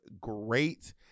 great